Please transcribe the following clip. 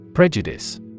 Prejudice